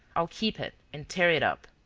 i'll keep it and tear it up.